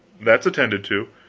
that's attended to.